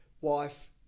wife